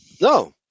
No